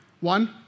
One